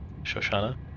Shoshana